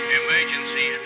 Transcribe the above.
emergency